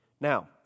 Now